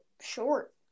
short